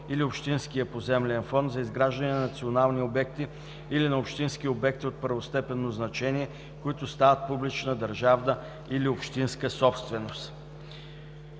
или общинския поземлен фонд за изграждане на национални обекти или на общински обекти от първостепенно значение, които стават публична държавна или общинска собственост.“